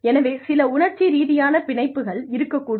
எனவே சில உணர்ச்சி ரீதியான பிணைப்புகள் இருக்கக் கூடும்